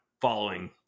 following